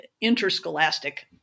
interscholastic